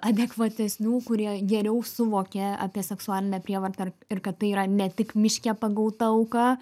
adekvatesnių kurie geriau suvokia apie seksualinę prievartą ar ir kad tai yra ne tik miške pagauta auka